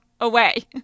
away